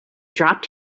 dropped